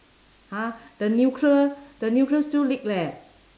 !huh! the nuclear the nuclear still leak leh